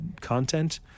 content